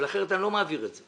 אבל אחרת אני לא מעביר את זה